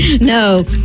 No